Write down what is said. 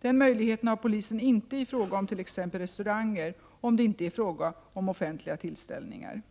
Den möjligheten har polisen inte i fråga om t.ex. restauranger, om det inte är fråga om offentliga tillställningar.